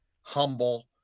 humble